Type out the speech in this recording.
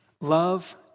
love